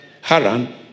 Haran